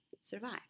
survive